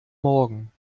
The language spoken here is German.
morgen